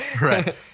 right